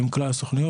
עם כלל הסוכנויות.